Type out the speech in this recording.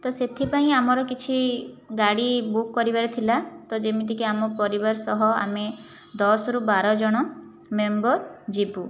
ତ ସେଥିପାଇଁ ଆମର କିଛି ଗାଡ଼ି ବୁକ୍ କରିବାର ଥିଲା ତ ଯେମିତିକି ଆମ ପରିବାର ସହ ଆମେ ଦଶରୁ ବାର ଜଣ ମେମ୍ବର ଯିବୁ